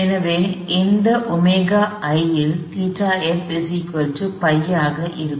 எனவே எந்த ωi இல் ϴf π ஆக இருக்கும்